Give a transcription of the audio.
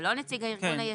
ולא נציג הארגון היציג,